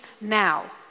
now